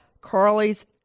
Carly's